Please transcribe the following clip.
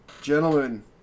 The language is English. Gentlemen